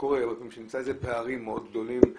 נמצא פערים מאוד גדולים,